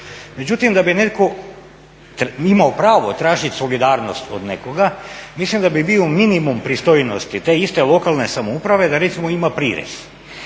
Međutim, da bi netko imao pravo tražiti solidarnost od nekoga mislim da bi bio minimum pristojnosti te iste lokalne samouprave da recimo ima prirez.